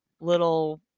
little